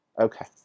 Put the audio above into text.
okay